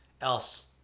else